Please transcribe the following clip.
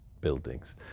buildings